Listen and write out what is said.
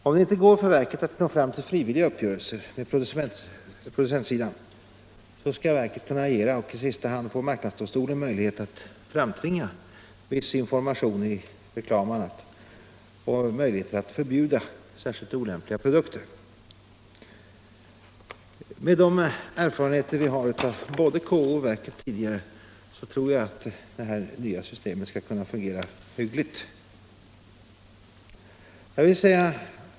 Om verket inte kan åstadkomma frivilliga uppgörelser på producentsidan skall verket i sista hand kunna utnyttja marknadsdomstolens möjligheter att agera och framtvinga viss information i reklam och annat eller förbjuda särskilt olämpliga produkter. Med de erfarenheter vi har från såväl KO som verket tror jag att det nya systemet skall kunna fungera hyggligt.